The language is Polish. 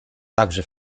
także